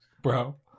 Bro